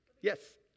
Yes